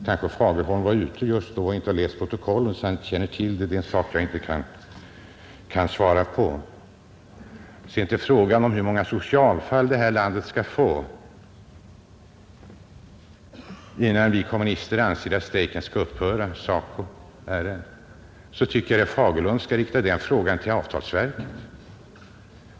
Kanske var herr Fagerlund inte inne i kammaren under den debatten eller också har han inte läst protokollet och känner därför inte till uttalandena. Herr Fagerlund frågade hur många socialfall detta land skulle få innan vi kommunister säger till SACO och SR att strejken bör upphöra. Den frågan tycker jag att han skall rikta till regeringen.